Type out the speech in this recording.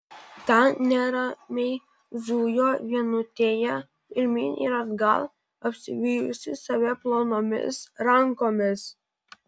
ta neramiai zujo vienutėje pirmyn ir atgal apsivijusi save plonomis rankomis